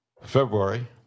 February